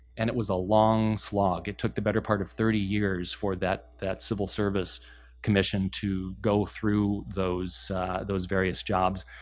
and it was a long slog. it took the better part of thirty years for that that civil service commission to go through those those various jobs.